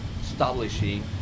establishing